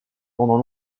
pendant